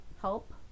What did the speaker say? help